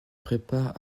prépare